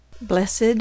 blessed